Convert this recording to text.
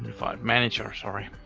unifi manager sorry.